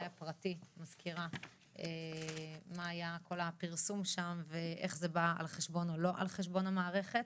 הפרטי ואיך זה בא על חשבון או לא על חשבון המערכת.